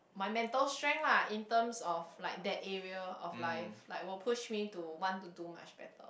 my mental strength lah in terms of like that area of life like will push me to want to do much better